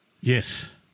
Yes